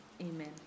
Amen